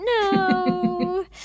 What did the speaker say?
no